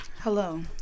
Hello